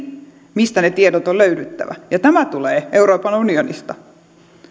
mistä tietojen on löydyttävä ja tämä tulee euroopan unionista